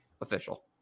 official